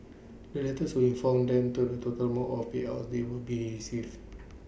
the letters will inform them to the total amount of payouts they will be receive